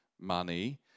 money